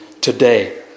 today